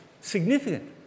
significant